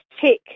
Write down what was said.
check